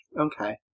okay